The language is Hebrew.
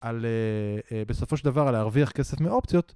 בסופו של דבר, על להרוויח כסף מאופציות.